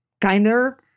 kinder